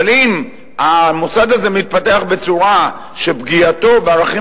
אבל אם המוסד הזה מתפתח בצורה שפגיעתו בערכים